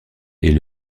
est